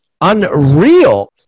unreal